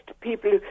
people